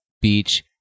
beach